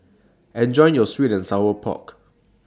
Enjoy your Sweet and Sour Pork